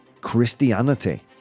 Christianity